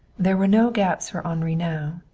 there were no gaps for henri now.